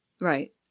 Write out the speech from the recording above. right